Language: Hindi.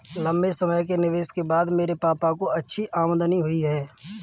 लंबे समय के निवेश के बाद मेरे पापा को अच्छी आमदनी हुई है